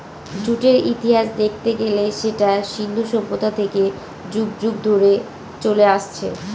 জুটের ইতিহাস দেখতে গেলে সেটা সিন্ধু সভ্যতা থেকে যুগ যুগ ধরে চলে আসছে